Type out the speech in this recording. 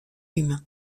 humain